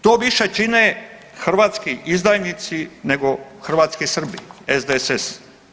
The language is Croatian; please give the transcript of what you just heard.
To više čine hrvatski izdajnici nego hrvatski Srbi SDSS.